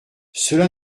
cela